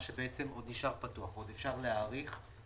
מה שנשאר פתוח עוד אפשר להאריך בתוקף,